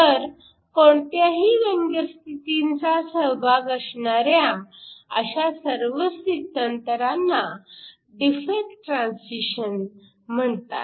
तर कोणत्याही व्यंग स्थितीचा सहभाग असणाऱ्या अशा सर्व स्थित्यंतरांना डिफेक्ट ट्रान्सिशन म्हणतात